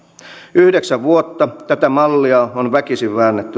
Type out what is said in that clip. yhdeksän vuotta tätä mallia on väkisin väännetty